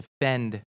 defend